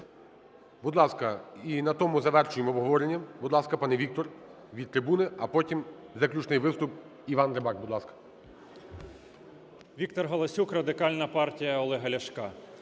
Будь ласка. І на тому завершуємо обговорення. Будь ласка, пане Віктор, від трибуни. А потім заключний виступ – Іван Рибак. Будь ласка. 13:17:26 ГАЛАСЮК В.В. Віктор Галасюк, Радикальна партія Олега Ляшка.